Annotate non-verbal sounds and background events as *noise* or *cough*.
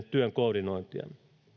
*unintelligible* työn koordinointia